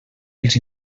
els